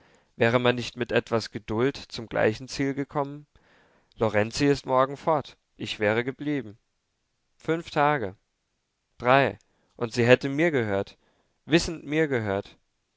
wäre man nicht mit etwas geduld zum gleichen ziel gekommen lorenzi ist morgen fort ich wäre geblieben fünf tage drei und sie hätte mir gehört wissend mir gehört